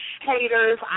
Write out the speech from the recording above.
haters